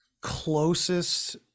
closest